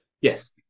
Yes